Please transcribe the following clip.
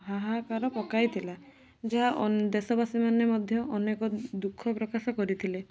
ହାହାକାର ପକାଇଥିଲା ଯାହା ଦେଶବାସୀ ମାନେ ମଧ୍ୟ ଅନେକ ଦୁଃଖ ପ୍ରକାଶ କରିଥିଲେ